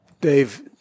Dave